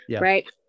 right